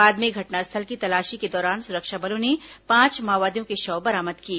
बाद में घटनास्थल की तलाशी के दौरान सुरक्षा बलों ने पांच माओवादियों के शव बरामद किए